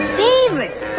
favorites